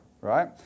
right